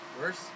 Worse